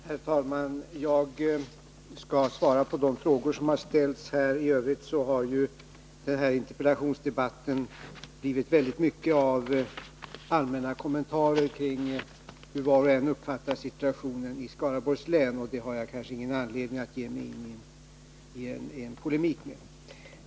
Herr talman! Jag skall svara på de frågor som har ställts här. I övrigt har den här interpellationsdebatten blivit väldigt mycket av allmänna kommentarer kring hur var och en uppfattar situationen i Skaraborgs län, och det har jag kanske ingen anledning att ge mig in i en polemik mot.